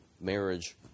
marriage